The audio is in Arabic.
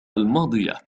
الماضية